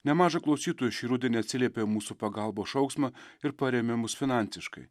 nemaža klausytojų šį rudenį atsiliepė į mūsų pagalbos šauksmą ir parėmė mus finansiškai